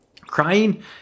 Crying